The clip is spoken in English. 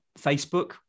Facebook